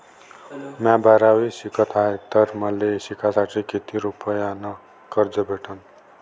म्या बारावीत शिकत हाय तर मले शिकासाठी किती रुपयान कर्ज भेटन?